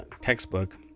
textbook